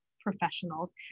professionals